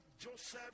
Joseph